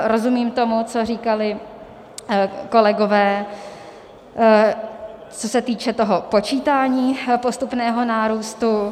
Rozumím tomu, co říkali kolegové, co se týče toho počítání postupného nárůstu.